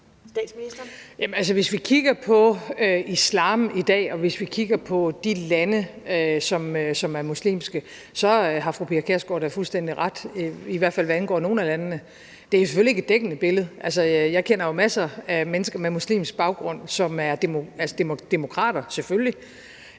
hvis vi kigger på de lande, som er muslimske, har fru Pia Kjærsgaard da fuldstændig ret, i hvert fald hvad angår nogle af landene. Det er selvfølgelig ikke et dækkende billede. Jeg kender jo masser af mennesker med muslimsk baggrund, som er demokrater, selvfølgelig,